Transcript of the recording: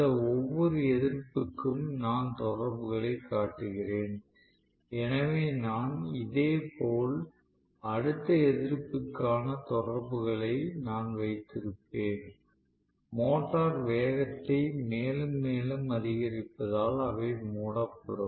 இந்த ஒவ்வொரு எதிர்ப்பிற்கும் நான் தொடர்புகளைக் காட்டுகிறேன் எனவே இதேபோல் அடுத்த எதிர்ப்பிற்கான தொடர்புகளை நான் வைத்திருப்பேன் மோட்டார் வேகத்தை மேலும் மேலும் அதிகரிப்பதால் அவை மூடப்படும்